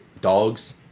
dogs